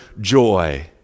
joy